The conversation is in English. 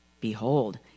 Behold